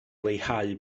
leihau